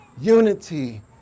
Unity